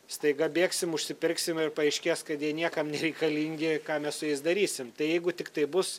staiga bėgsim užsipirksim ir paaiškės kad jie niekam nereikalingi ką mes su jais darysim tai jeigu tiktai bus